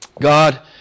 God